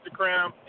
Instagram